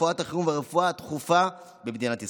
רפואת החירום והרפואה הדחופה במדינת ישראל.